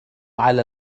على